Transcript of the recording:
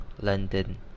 London